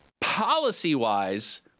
Policy-wise